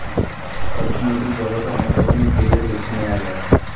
অর্থনৈতিক জগতে অনেক রকমের ক্যারিয়ার বেছে নেয়া যায়